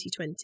2020